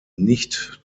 nicht